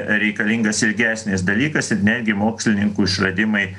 reikalingas ilgesnis dalykas ir netgi mokslininkų išradimai